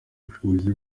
ubushobozi